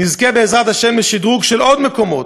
נזכה בעזרת השם לשדרוג של עוד מקומות,